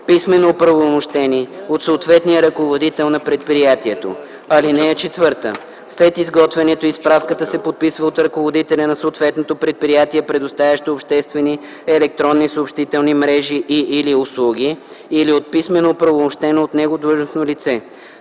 писмено оправомощени от съответния ръководител на предприятието. (4) След изготвянето й справката се подписва от ръководителя на съответното предприятие, предоставящо обществени електронни съобщителни мрежи и/или услуги, или от писмено оправомощено от него длъжностно лице.